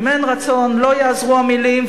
אם אין רצון, לא יעזרו המלים.